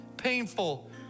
Painful